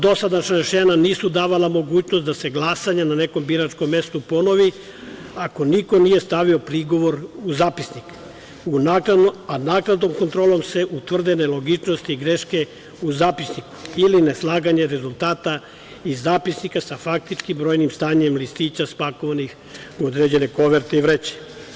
Dosadašnja rešenja nisu davala mogućnost da se glasanje na nekom biračkom mestu ponovi ako niko nije stavio prigovor u zapisnik, a naknadnom kontrolom se utvrde nelogičnosti i greške u zapisniku ili neslaganje rezultata iz zapisnika sa faktičkim brojnim stanjem listića spakovanim u određene koverte i vreće.